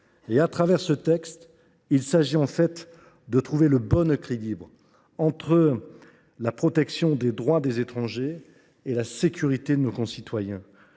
Au travers de ce texte, il s’agit de trouver le bon équilibre entre la protection des droits des étrangers et la sécurité de nos concitoyens.